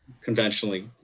conventionally